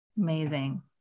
Amazing